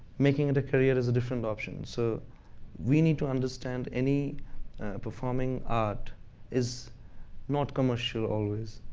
making it a career is a different option. so we need to understand any performing art is not commercial always.